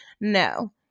No